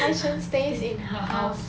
财神 stays in her house